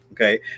Okay